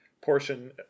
portion